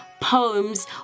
poems